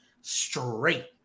straight